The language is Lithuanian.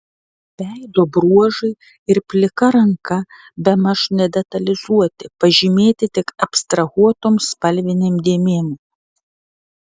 veido bruožai ir plika ranka bemaž nedetalizuoti pažymėti tik abstrahuotom spalvinėm dėmėm